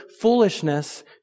foolishness